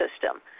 system